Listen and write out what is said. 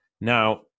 Now